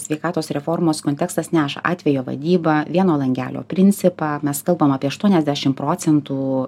sveikatos reformos kontekstas neša atvejo vadybą vieno langelio principą mes kalbam apie aštuoniasdešim procentų